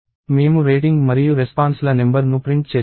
మేము రేటింగ్ మరియు రెస్పాన్స్ ల నెంబర్ ను ప్రింట్ చేస్తాము